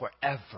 forever